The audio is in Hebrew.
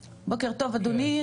בבקשה, בוקר טוב אדוני.